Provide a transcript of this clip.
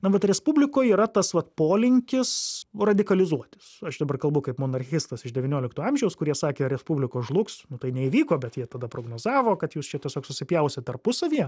na vat respublikoj yra tas vat polinkis radikalizuotis aš dabar kalbu kaip monarchistas iš devyniolikto amžiaus kurie sakė respublikos žlugs tai neįvyko bet jie tada prognozavo kad jūs čia tiesiog susipjausit tarpusavyje